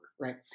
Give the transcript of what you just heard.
Right